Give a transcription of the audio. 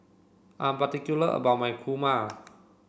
I am particular about my Kurma